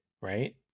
Right